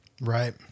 Right